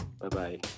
Bye-bye